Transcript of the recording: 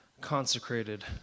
consecrated